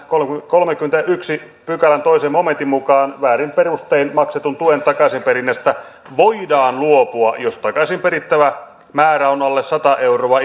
kolmannenkymmenennenensimmäisen pykälän toisen momentin mukaan väärin perustein maksetun tuen takaisinperinnästä voidaan luopua jos takaisin perittävä määrä on alle sata euroa